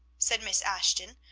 said miss ashton,